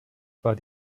war